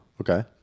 Okay